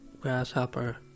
grasshopper